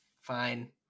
Fine